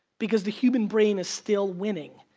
because the human brain is still winning.